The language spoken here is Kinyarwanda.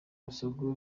busogo